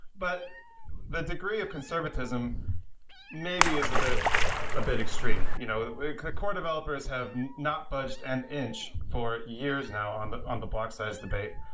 but the degree of conservatism maybe is a bit ah bit extreme. you know core developers have not budged an inch for years now on but on the block size debate.